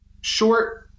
short